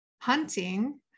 hunting